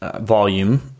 volume